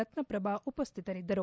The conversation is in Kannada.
ರತ್ನಪ್ರಭಾ ಉಪಸ್ಥಿತರಿದ್ದರು